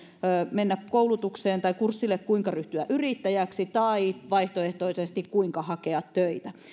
mennä kurssille kuinka ryhtyä yrittäjäksi tai vaihtoehtoisesti kuinka hakea töitä